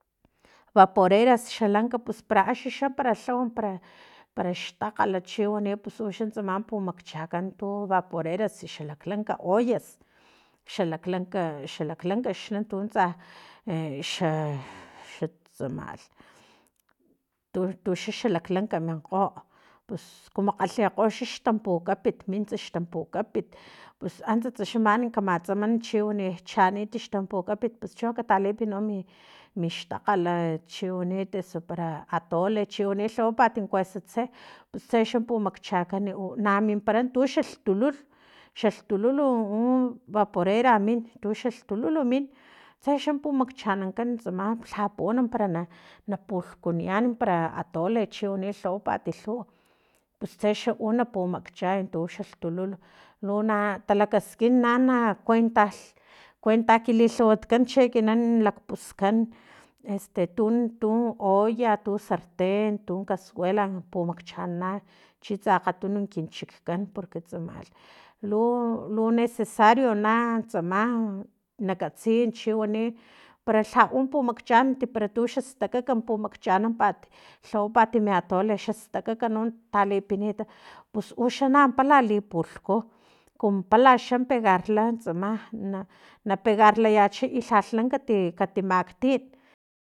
Baporeras xa lanka pus para axi xa para lhaw para parax takgal chiwni pus uxa tsama pumakchakan tu vaporeras xa laglanka ollas xa laklanka xa laklanka xa tsa e xa xa tsama tu tu xa xalaklanka minkgo pus kumu kgalhekgo xtampukapin mints xtampukapin pus antsatsa xa mani kamatsaman chiwani chanit xtampukapit cho katalipi mi mixtakgala e chiwaniti eso para atole chi wani lhawapat kuesa tse pus tsexa pumakchakan u na mimpara tuxalhtulul xaltululu u vaporera min tuxalhtulul tse xa pumakchanankan tsama lha na puwan na napulhkunian para atole chiwani xa lhawapat u pus tsexa u na pumakchay tuxalhtulul luna talakaskin na na kuenta kuenta kili lhawatkan chi ekinan lakpuskan este tu tu olla tu sarten tun kasuela na pumakchana chitsa akgatunuk chikan porque tsamalh lu necesario na tsama na katsiy chi wani para lha pumakchay para tu xastakaka pumakchanampat lhawapat mi atole xa stakaka no talipinit pus uxa napala lipulhku kumu pala xa pegarla tsama na pegarlayacha i lhala kati kati maktip